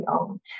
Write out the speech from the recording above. own